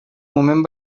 moment